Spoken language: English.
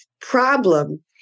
problem